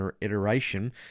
iteration